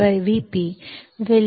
dVGSdVGSVp 1Vp असेल